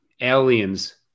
aliens